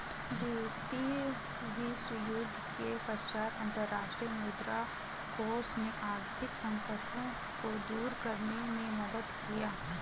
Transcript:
द्वितीय विश्वयुद्ध के पश्चात अंतर्राष्ट्रीय मुद्रा कोष ने आर्थिक संकटों को दूर करने में मदद किया